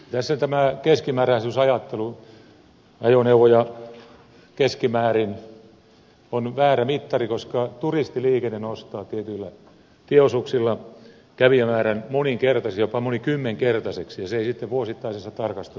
tässä tämä keskimääräisyysajattelu ajoneuvoja keskimäärin on väärä mittari koska turistiliikenne nostaa tietyillä tieosuuksilla kävijämäärän moninkertaiseksi jopa monikymmenkertaiseksi ja se ei sitten vuosittaisessa tarkastelussa näy